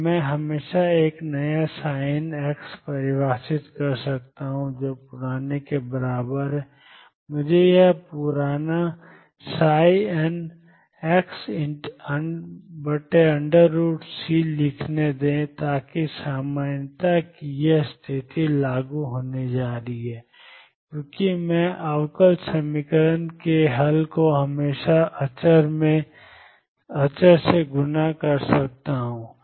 कि मैं हमेशा एक नया n परिभाषित कर सकता हूं जो पुराने के बराबर है मुझे यह पुराना nxC लिखने दें ताकि सामान्यता की यह स्थिति लागू होने जा रही है क्योंकि मैं अवकल समीकरण के हल को हमेशा अचर से गुणा कर सकता हूँ